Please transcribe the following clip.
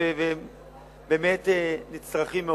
והכרחיים מאוד.